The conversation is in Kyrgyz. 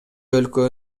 өлкө